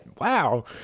wow